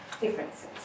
differences